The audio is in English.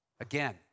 Again